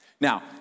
Now